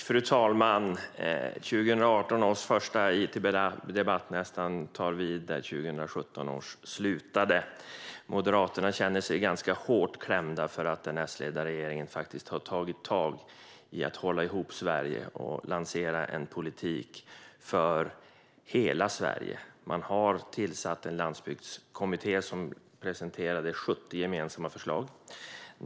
Fru talman! 2018 års första interpellationsdebatt tar vid nästan där 2017 års slutade. Moderaterna känner sig hårt klämda därför att den S-ledda regeringen har tagit tag i att hålla ihop Sverige och lansera en politik för hela landet. Man har tillsatt en landsbygdskommitté, som har presenterat 70 gemensamma förslag.